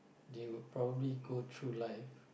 they would probably go through life